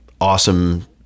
awesome